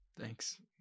thanks